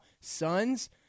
Sons